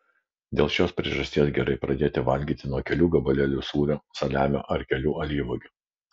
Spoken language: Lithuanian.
dėl šios priežasties gerai pradėti valgyti nuo kelių gabalėlių sūrio saliamio ar kelių alyvuogių